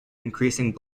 increasing